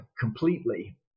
completely